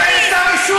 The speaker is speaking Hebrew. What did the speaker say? אבל אין כתב אישום.